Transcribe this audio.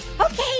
Okay